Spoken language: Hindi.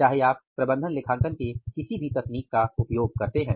चाहे आप प्रबंधन लेखांकन में किसी भी तकनीक का उपयोग करते हैं